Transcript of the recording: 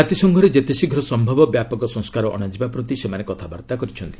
ଜାତିସଂଘରେ ଯେତେ ଶୀଘ୍ର ସମ୍ଭବ ବ୍ୟାପକ ସଂସ୍କାର ଅଣାଯିବା ପ୍ରତି ସେମାନେ କଥାବାର୍ତ୍ତା କରିଛନ୍ତି